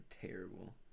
terrible